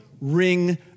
ring